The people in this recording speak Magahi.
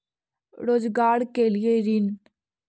रोजगार के लिए ऋण?